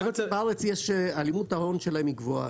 בארץ, הלימות ההון שלהם היא גבוהה.